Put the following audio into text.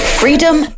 freedom